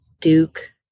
Duke